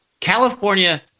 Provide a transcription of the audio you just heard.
California